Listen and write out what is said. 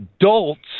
adults